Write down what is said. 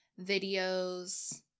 videos